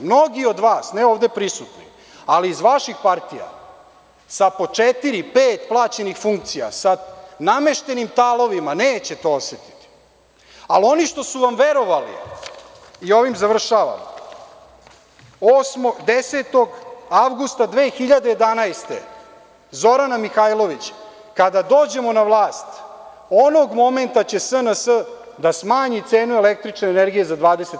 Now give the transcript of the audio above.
Mnogi od vas, ne ovde prisutni, ali iz vaših partija sa po četiri, pet plaćenih funkcija, nameštenim talovima, neće to osetiti, ali oni što su vam verovali, i ovim završavam, 8. i 10. avgusta 2011. godine, Zorana Mihajlović – kada dođemo na vlast, onog momenta će SNS da smanji cenu električne energije za 20%